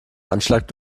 anschlag